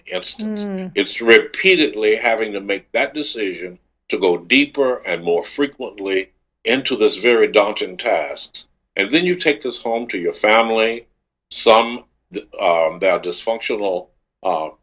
not it's repeatedly having to make that decision to go deeper and more frequently into this very daunting test and then you take this home to your family some of that dysfunctional